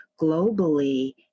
globally